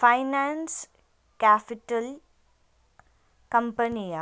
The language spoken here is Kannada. ಫೈನಾನ್ಸ್ ಕ್ಯಾಪಿಟಲ್ ಕಂಪನಿಯ